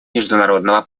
международного